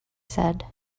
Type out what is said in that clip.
said